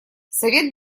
совет